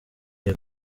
iya